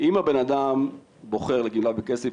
אם הבנאדם בוחר לגמלה בכסף,